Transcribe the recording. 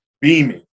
beaming